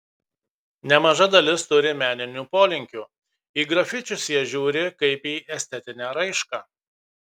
nemaža dalis turi meninių polinkių į grafičius jie žiūri kaip į estetinę raišką